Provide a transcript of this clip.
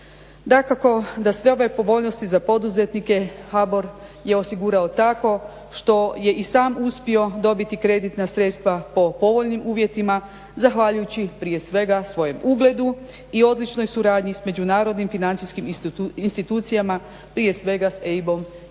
Dakako da sve ove povoljnosti za poduzetnike HBOR je osigurao tako što je i sam uspio dobiti kreditna sredstva po povoljnim uvjetima zahvaljujući prije svega svojem ugledu i odličnoj suradnji s međunarodnim financijskim institucijama, prije svega s EIB-om i EBRD-om.